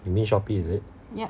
you mean shopee is it